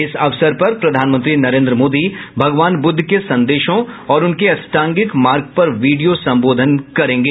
इस अवसर पर प्रधानमंत्री नरेंद्र मोदी भगवान बुद्ध के संदेशों और उनके आष्टांगिक मार्ग पर वीडियो संबोधन करेंगे